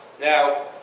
Now